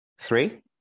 Three